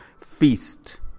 feast